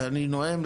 תענה לי